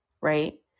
right